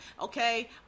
okay